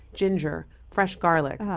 ginger, fresh garlic,